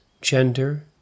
gender